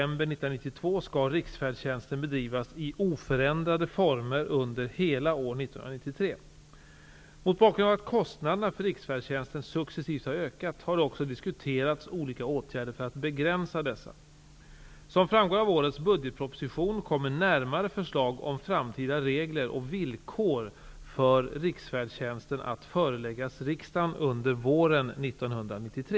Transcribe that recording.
Mot bakgrund av att kostnaderna för riksfärdtjänsten successivt har ökat har det också diskuterats olika åtgärder för att begränsa dessa. Som framgår av årets budgetproposition kommer närmare förslag om framtida regler och villkor för riksfärdtjänsten att föreläggas riksdagen under våren 1993.